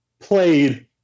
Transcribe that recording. played